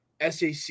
SAC